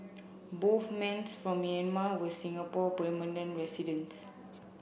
both from Myanmar were Singapore permanent residents